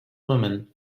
women